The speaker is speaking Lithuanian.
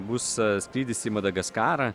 bus skrydis į madagaskarą